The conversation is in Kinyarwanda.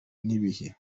n’ibihe